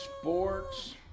Sports